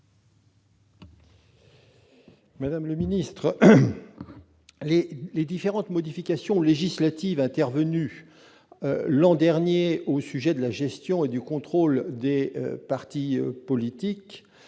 Madame le ministre, les différentes modifications législatives intervenues l'an dernier en matière de gestion et de contrôle des partis politiques